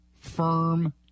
firm